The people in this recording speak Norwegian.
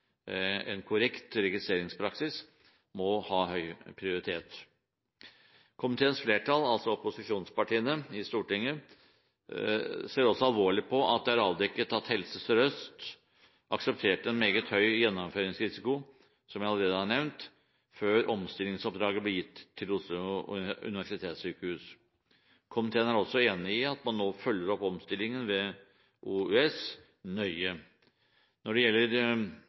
en korrekt registreringspraksis, må ha høy prioritet. Komiteens flertall, altså opposisjonspartiene på Stortinget, ser også alvorlig på at det er avdekket at Helse Sør-Øst aksepterte en meget høy gjennomføringsrisiko, som jeg allerede har nevnt, før omstillingsoppdraget ble gitt til Oslo universitetssykehus, OUS. Komiteen er også enig om at man nå følger opp omstillingen ved OUS nøye. Når det gjelder